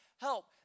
help